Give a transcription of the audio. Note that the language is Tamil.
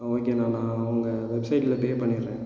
ஓகேதாண்ணா உங்கள் வெப்சைட்டில் பே பண்ணிடுறன்